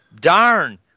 Darn